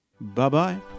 Bye-bye